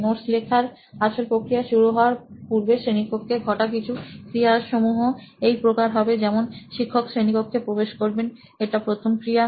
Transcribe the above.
notes লেখার আসল প্রক্রিয়া শুরু হওয়ার পূর্বে শ্রেণীকক্ষে ঘটা কিছু ক্রিয়াসমূহ এই প্রকার হবে যেমন শিক্ষক শ্রেণীকক্ষে প্রবেশ করবেন এটি প্রথম ক্রিয়া